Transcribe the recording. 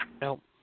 Nope